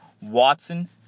Watson